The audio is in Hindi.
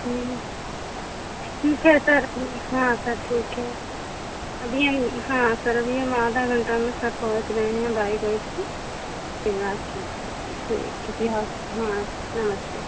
जी ठीक है सर वो ही हाँ सर ठीक है सर अभी आई हाँ सर अभी हम आधा घंटा में सर पहुँच रहे हैं बाइक वाइक से फिर आके उसी से किसी हॉस्पि हाँ हाँ नमस्ते